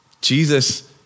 Jesus